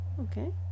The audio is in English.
Okay